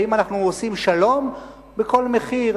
האם אנחנו עושים שלום בכל מחיר?